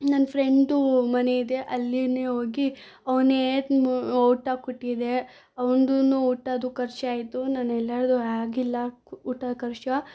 ನನ್ನ ಫ್ರೆಂಡ್ದು ಮನೆಯಿದೆ ಅಲ್ಲಿನೆ ಹೋಗಿ ಅವನೇ ಊಟ ಕೊಟ್ಟಿದೆ ಅವ್ನ್ದೂ ಊಟದ್ದು ಖರ್ಚಾಯಿತು ನಾನೆಲ್ಲಾರ್ದು ಆಗಿಲ್ಲ ಊಟ ಖರ್ಚು